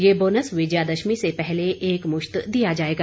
यह बोनस विजयादशमी से पहले एकमुश्त दिया जाएगा